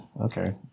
Okay